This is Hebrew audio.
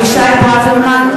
(קוראת בשמות חברי הכנסת) אבישי ברוורמן,